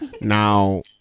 now